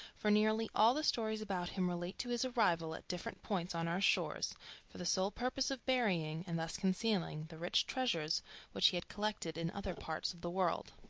for nearly all the stories about him relate to his arrival at different points on our shores for the sole purpose of burying and thus concealing the rich treasures which he had collected in other parts of the world.